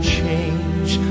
change